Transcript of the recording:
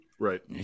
Right